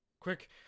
quick